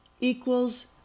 equals